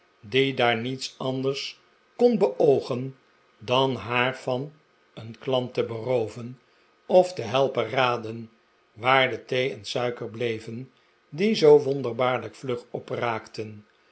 die daar niets anders kon beoogen dan haar van een klant te berooven of te helpen raden r waar de thee en suiker bleven die zoo wonderbaarlijk vlug opraakten